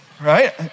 right